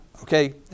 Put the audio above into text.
okay